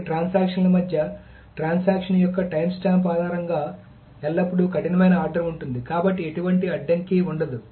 రెండు ట్రాన్సాక్షన్ ల మధ్య ట్రాన్సాక్షన్ యొక్క టైమ్స్టాంప్ ఆధారంగా ఎల్లప్పుడూ కఠినమైన ఆర్డర్ ఉంటుంది కాబట్టి ఎటువంటి అడ్డంకి ఉండదు